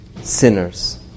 sinners